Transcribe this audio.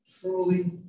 truly